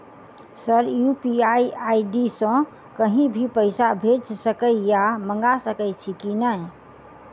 Sir UPI ID सँ कहि भी पैसा भेजि सकै या मंगा सकै छी की न ई?